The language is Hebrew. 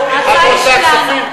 ההצעה היא שלנו.